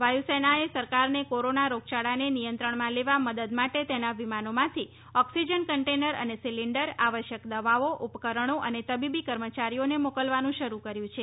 વાયુસેનાએ સરકારને કોરોના રોગયાળાને નિયત્રણ માં લેવા મદદ માટે તેના વિમાનોમાંથી ઓક્સિજન કન્ટેનર અને સિલિન્ડર આવશ્યક દવાઓ ઉપકરણો અને તબીબી કર્મચારીઓને મોકલવાનું શરૂ કર્યું છે